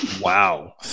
Wow